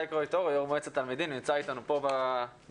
קרויטורו יו"ר מועצת התלמידים נמצא איתנו פה בדיון,